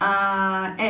uh